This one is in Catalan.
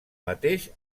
mateix